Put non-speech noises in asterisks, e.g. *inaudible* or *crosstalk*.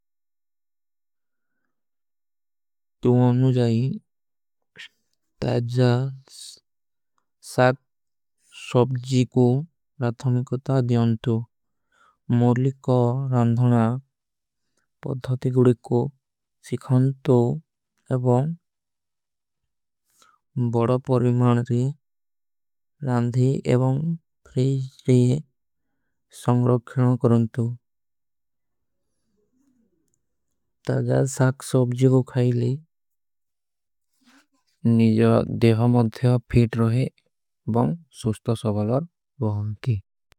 ତୁମ ଅନୁଜାଈ *hesitation* ତାଜା। *hesitation* ଶାକ ସବଜୀ କୋ ରାଥମିକତା ଦିଯାଂତୋ ମୌରଲୀ କା ରାଂଧନା ପଢ୍ଧାତି। ଗୁଡୀ କୋ ସିଖାଂତୋ ଏବଂ ବଡା ପରଵିମାନ ରେ ରାଂଧୀ ଏବଂ। *hesitation* ଫ୍ରୀଜ ରେ ସଂଗ୍ରାଖ୍ଯାନ କରାଂତୋ ତାଜା ଶାକ ସବଜୀ କୋ ଖାଈଲେ। ନିଜଵା ଦେଵା ମଦ୍ଧେଵା ଫୀଟ ରୋହେ ବଂଗ ସୁଷ୍ଟ ସବଲାର ବହୁଂତୀ।